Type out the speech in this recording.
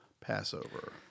Passover